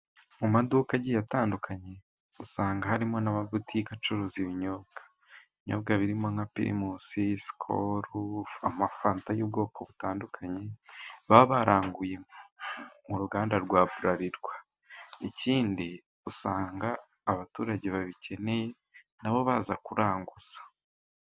Mu maduka agiye atandukanye usanga harimo n'amabutike acuruza ibinyobwa. Ibinyobwa birimo nka pirimusi, sikoro, amafanta y'ubwoko butandukanye, baba baranguye mu ruganda rwa Burarirwa. Ikindi usanga abaturage babikeneye na bo baza kuranguza.